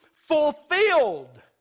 fulfilled